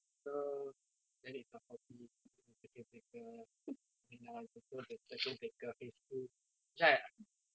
so so that is your hobbies during the circuit breaker I mean now it's also the circuit breaker phase two which I